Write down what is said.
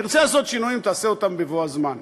תרצה לעשות שינויים, תעשה אותם בבוא הזמן,